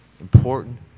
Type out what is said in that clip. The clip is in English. important